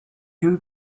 too